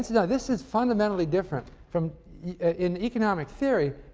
yeah this is fundamentally different from in economic theory,